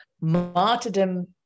martyrdom